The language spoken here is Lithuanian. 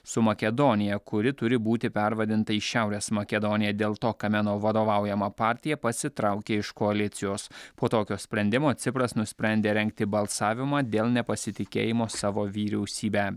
su makedonija kuri turi būti pervadinta į šiaurės makedoniją dėl to kameno vadovaujama partija pasitraukė iš koalicijos po tokio sprendimo cipras nusprendė rengti balsavimą dėl nepasitikėjimo savo vyriausybe